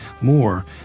more